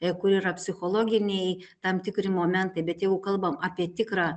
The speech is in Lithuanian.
ir kur yra psichologiniai tam tikri momentai bet jeigu kalbam apie tikrą